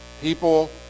people